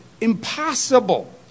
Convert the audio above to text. impossible